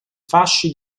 fasci